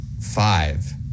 five